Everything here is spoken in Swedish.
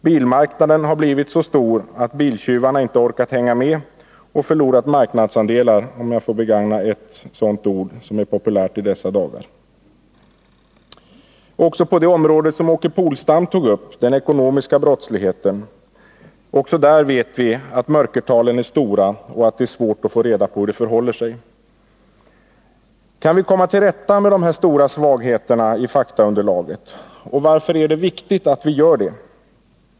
Bilmarknaden har blivit så stor att biltjuvarna inte orkat hänga med och har förlorat marknadsandelar, om jag får begagna ett sådant ord, som är populärt i dessa dagar. Också när det gäller det område som Åke Polstam tog upp, den ekonomiska brottsligheten, vet vi att mörkertalen är stora och att det är svårt att få reda på hur det förhåller sig. Kan vi komma till rätta med dessa stora svagheter i faktaunderlaget, och varför är det viktigt att vi gör det?